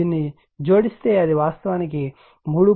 దీన్ని జోడిస్తే అది వాస్తవానికి 3